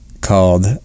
called